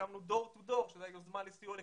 הקמנו דלת לדלת, יוזמה לסיוע לקשישים,